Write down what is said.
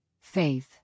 faith